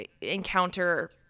encounter